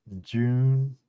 June